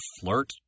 flirt